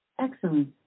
Excellent